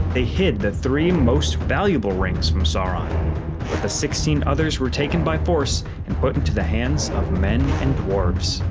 they hid the three most valuable rings from sauron, but the sixteen others were taken by force and put into the hands of men and dwarves.